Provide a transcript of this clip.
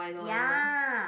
ya